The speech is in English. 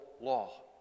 law